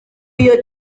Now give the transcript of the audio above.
iyo